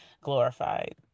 glorified